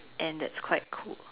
and that's quite cool